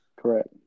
Correct